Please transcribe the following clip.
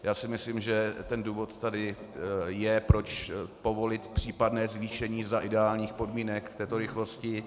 Já si myslím, že ten důvod tady je, proč povolit případné zvýšení za ideálních podmínek této rychlosti.